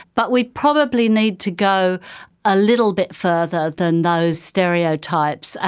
but we probably need to go a little bit further than those stereotypes,